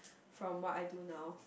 from what I do now